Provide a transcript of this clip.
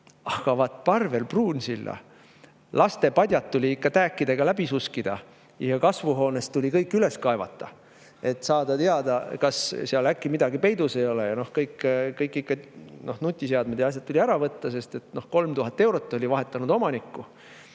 aga vaat Parvel Pruunsilla laste padjad tuli ikka tääkidega läbi suskida ja kasvuhoones tuli kõik üles kaevata, et saada teada, ega seal äkki midagi peidus ei ole. Kõik nutiseadmed ja asjad tuli ära võtta, sest 3000 eurot oli vahetanud omanikku,